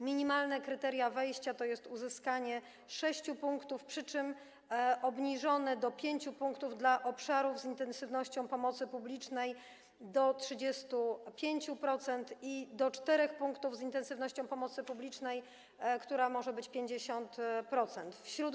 Minimalne kryteria wejścia to uzyskanie 6 punktów, przy czym obniżono to do 5 punktów dla obszarów z intensywnością pomocy publicznej do 35% i do 4 punktów - z intensywnością pomocy publicznej, która może być 50-procentowa.